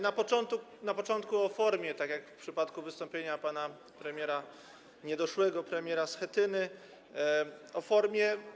Na początku o formie, tak jak w przypadku wystąpienia pana premiera, niedoszłego premiera Schetyny - o formie.